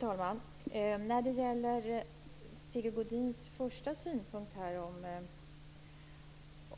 Herr talman! När det gäller Sigge Godins första synpunkt om